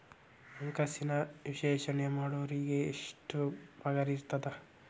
ಹಣ್ಕಾಸಿನ ವಿಶ್ಲೇಷಣೆ ಮಾಡೋರಿಗೆ ಎಷ್ಟ್ ಪಗಾರಿರ್ತದ?